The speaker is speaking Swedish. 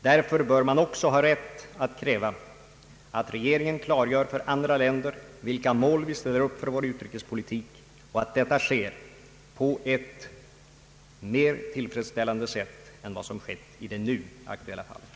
Därför bör man också ha rätt att kräva att regeringen klargör för andra länder vilka mål vi ställer upp för vår utrikespolitik och att detta sker på ett mera tillfredsställande sätt än vad som skett i det nu aktuella fallet.